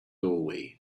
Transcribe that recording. doorway